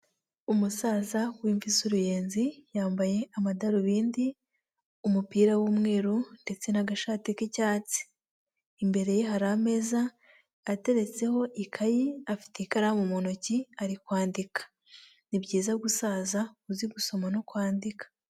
Umusaza w'imvi z'uruyenzi yambaye amadarubindi, umupira w'umweru ndetse n'agashati k'icyatsi. Imbere ye hari ameza ateretseho ikayi, afite ikaramu mu ntoki, ari kwandika. Ni byiza gusaza uzi gusoma no kwandika.